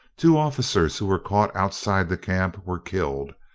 two officers who were caught outside the camp were killed,